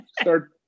Start